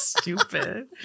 Stupid